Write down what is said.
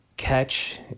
catch